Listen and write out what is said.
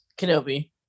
Kenobi